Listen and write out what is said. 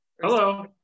hello